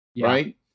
Right